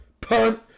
Punt